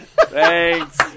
Thanks